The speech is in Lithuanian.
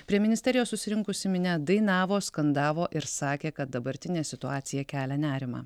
prie ministerijos susirinkusi minia dainavo skandavo ir sakė kad dabartinė situacija kelia nerimą